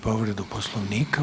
povredu Poslovnika.